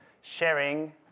sharing